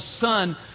son